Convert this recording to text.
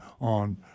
on